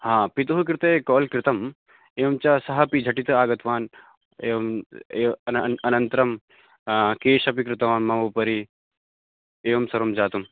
हा पितुः कृते काल् कृतम् एवं च सः अपि झटिति आगतवान् एवम् अन् अनन्तरं केश् अपि कृतवान् मम उपरि एवं सर्वं जातम्